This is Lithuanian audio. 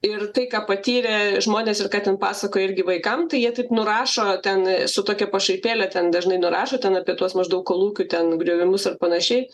ir tai ką patyrė žmonės ir ką ten pasakoja irgi vaikam tai jie taip nurašo ten su tokia pašaipėle ten dažnai nurašo ten apie tuos maždaug kolūkių ten nugriovimus ar panašiai